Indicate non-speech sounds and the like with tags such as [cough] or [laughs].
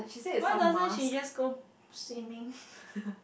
why doesn't she just go swimming [laughs]